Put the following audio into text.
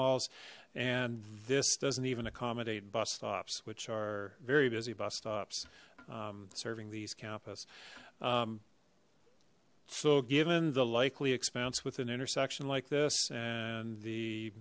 walls and this doesn't even accommodate bus stops which are very busy bus stops serving these campus so given the likely expense with an intersection like this and the